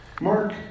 Mark